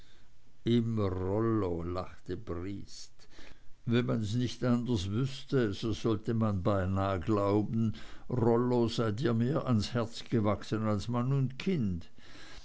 immer rollo lachte briest wenn man's nicht anders wüßte so sollte man beinah glauben rollo sei dir mehr ans herz gewachsen als mann und kind